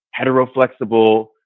heteroflexible